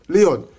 Leon